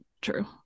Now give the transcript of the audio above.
true